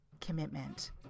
commitment